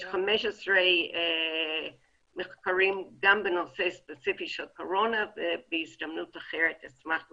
יש 15 מחקרים גם בנושא הספציפי של קורונה ובהזדמנות אחרת אשמח להציג,